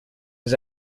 his